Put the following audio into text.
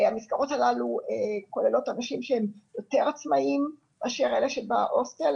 המסגרות הללו כוללות אנשים שהם יותר עצמאים מאשר אלה שבהוסטל,